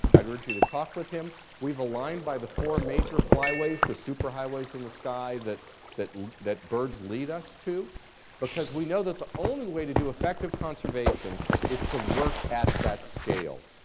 i'd urge you to talk with him. we've aligned by the four major flyways, the super highways in the sky that that that birds lead us to because we know that the only way to do effective conservation is to work at that scale.